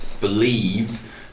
believe